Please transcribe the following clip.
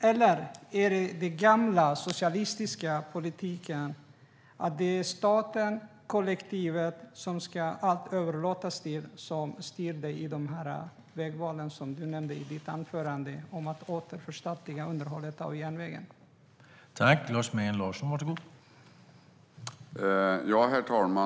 Eller är det den gamla socialistiska politiken att allt ska överlåtas till staten och kollektivet som styr dig i det vägval att återförstatliga underhållet av järnvägen som du nämnde i ditt anförande?